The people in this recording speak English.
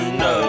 no